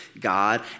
God